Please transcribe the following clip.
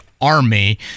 Army